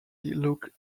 looked